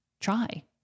try